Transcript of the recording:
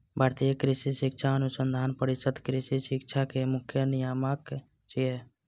भारतीय कृषि शिक्षा अनुसंधान परिषद कृषि शिक्षाक मुख्य नियामक छियै